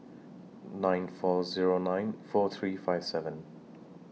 nine four Zero nine four three five seven